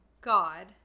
God